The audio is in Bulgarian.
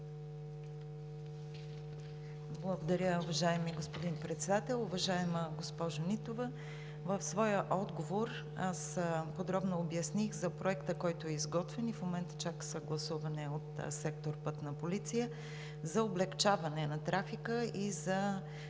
Благодаря, уважаеми господин Председател. Уважаема госпожо Нитова, в своя отговор подробно обясних за проекта, който е изготвен и в момента чака съгласуване от сектор „Пътна полиция“ за облекчаване на трафика и за